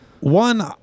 one